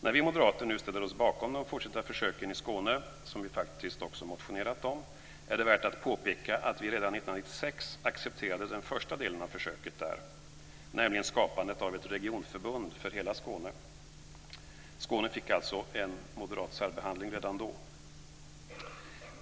När vi moderater nu ställer oss bakom de fortsatta försöken i Skåne, som vi faktiskt också motionerat om, är det värt att påpeka att vi redan 1996 accepterade den första delen av försöket där, nämligen skapandet av ett regionförbund för hela Skåne. Skåne fick alltså en moderat särbehandling redan då.